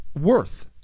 worth